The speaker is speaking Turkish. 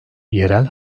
yerel